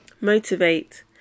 motivate